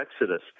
Exodus